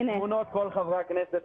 כבר כמה חברי כנסת